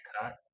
cut